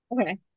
Okay